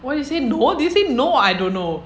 what you say no did you say no or I don't know